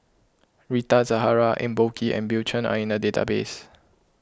Rita Zahara Eng Boh Kee and Bill Chen are in the database